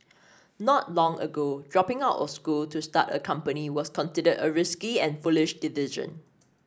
not long ago dropping out of school to start a company was considered a risky and foolish decision